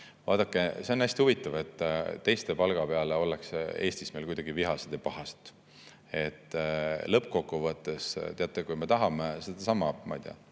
vaadake, see on hästi huvitav, et teiste palga peale ollakse Eestis kuidagi vihased ja pahased. Lõppkokkuvõttes, teate, kui me tahame Päästeametit